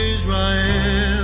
Israel